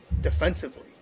defensively